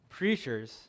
preachers